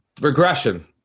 Regression